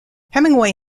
hemingway